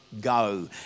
go